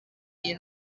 iyi